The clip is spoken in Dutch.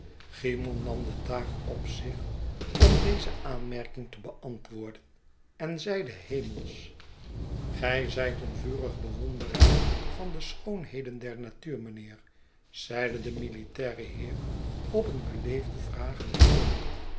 cymon nam de taak op zich om deze aanmerking te beantwoorden en zeide hemelsch gij zijt een vurig bewonderaar vandeschoonheden der natuur mynheer zeide de militaire heer op een beleefden vragenden toon